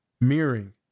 mirroring